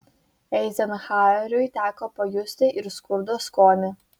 eizenhaueriui teko pajusti ir skurdo skonį